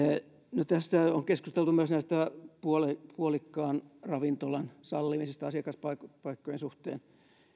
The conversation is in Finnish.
on keskusteltu myös tästä puolikkaan ravintolan sallimisesta asiakaspaikkojen suhteen no